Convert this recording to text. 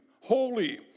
holy